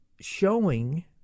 showing